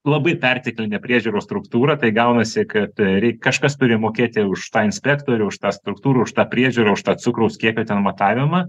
labai perteklinę priežiūros struktūrą tai gaunasi kad ri kažkas turi mokėti už tą inspektorių už tą struktūrą už tą priežiūrą už tą cukraus kiekio ten matavimą